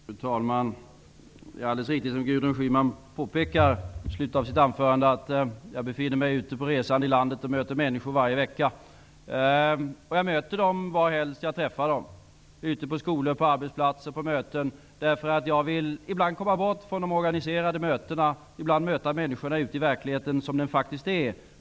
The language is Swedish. Fru talman! Det är alldeles riktigt som Gudrun Schyman påpekar i slutet av sitt anförande att jag befinner mig resande ute i landet och möter människor varje vecka. Jag möter dem var helst jag träffar dem, ute på skolor, på arbetsplatser och på möten. Jag vill ibland komma bort från de organiserade mötena och möta människorna ute i verkligheten som den faktiskt är.